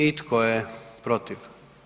I tko je protiv?